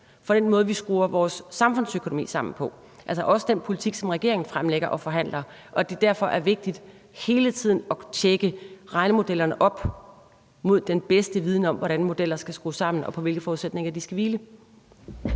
for den måde, vi skruer vores samfundsøkonomi sammen på, altså også den politik, som regeringen fremlægger og forhandler om, og at det derfor er vigtigt hele tiden at kunne holde regnemodellerne op mod den bedste viden om, hvordan modeller skal skrues sammen, og på hvilke forudsætninger de skal hvile?